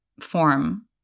form